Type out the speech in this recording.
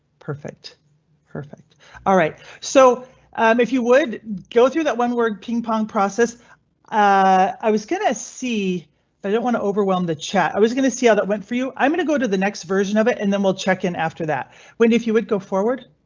perfect perfect alright? so and if you would go through that one word ping pong process i was going to see i don't want to overwhelm the chat. i was going to see how ah that went for you. i'm going to go to the next version of it and then we'll check in after that when if you would go forward.